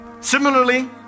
Similarly